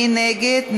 מי נגד?